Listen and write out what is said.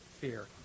fear